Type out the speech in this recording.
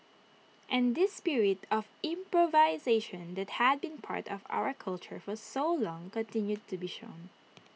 and this spirit of improvisation that had been part of our culture for so long continued to be shown